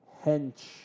hench